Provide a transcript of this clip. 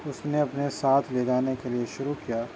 اس نے اپنے ساتھ لے جانے کے لیے شروع کیا